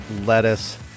Lettuce